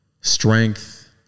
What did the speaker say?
strength